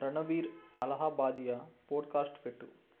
Ranveer Allahbadia podcast పెట్టు